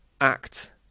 act